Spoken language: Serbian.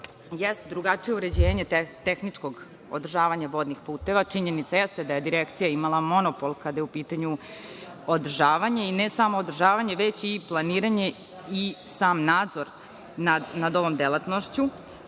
jeste drugačije uređenje tehničkog održavanja vodnih puteva. Činjenica jeste da je direkcija imala monopol kada je u pitanju održavanje i ne samo održavanje, već i planiranje i sam nadzor nad ovom delatnošću.